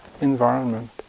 environment